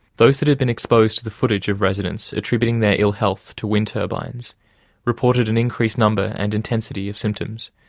those that had been exposed to the footage of residents attributing their ill-health to wind turbines reported an increased number and intensity of symptoms,